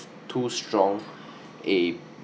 too strong a